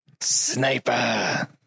sniper